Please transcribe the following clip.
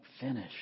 finish